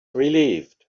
relieved